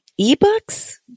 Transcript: ebooks